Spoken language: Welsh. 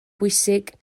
bwysig